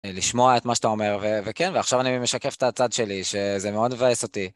לשמוע את מה שאתה אומר, וכן, ועכשיו אני משקף את הצד שלי, שזה מאוד מבאס אותי.